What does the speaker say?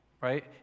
right